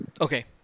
Okay